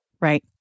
right